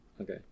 Okay